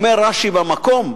אומר רש"י, במקום,